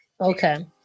Okay